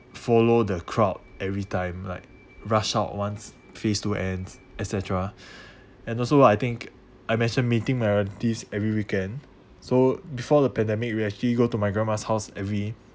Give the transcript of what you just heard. follow the crowd every time like rush out once phase two ends etc cetera and also I think I'm actually meeting my relatives every weekend so before the pandemic we actually go to my grandma's house every